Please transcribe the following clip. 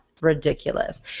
Ridiculous